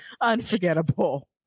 unforgettable